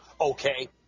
Okay